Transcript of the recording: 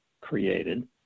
created